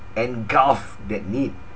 engulf that need